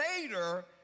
later